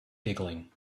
giggling